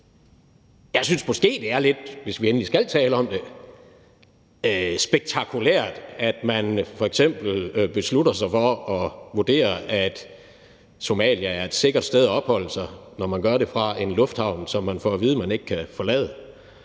dem, synes jeg måske, det er lidt spektakulært, at man f.eks. beslutter sig for at vurdere, om Somalia er et sikkert sted at opholde sig, når man gør det fra en lufthavn, som man får at vide man ikke kan forlade,